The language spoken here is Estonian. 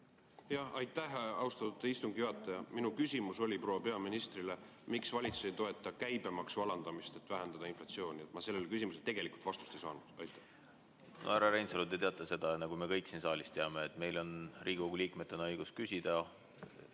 Aitäh, austatud istungi juhataja! Minu küsimus proua peaministrile oli, miks valitsus ei toeta käibemaksu alandamist, et vähendada inflatsiooni. Ma sellele küsimusele tegelikult vastust ei saanud. Härra Reinsalu, te teate seda, nagu me kõik siin saalis teame, et meil on Riigikogu liikmetena õigus küsida